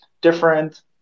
different